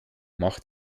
macht